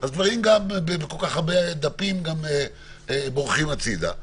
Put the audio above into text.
אז כל כך הרבה דפים בורחים הצדה.